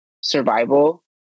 survival